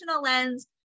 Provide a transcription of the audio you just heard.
lens